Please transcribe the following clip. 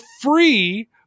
free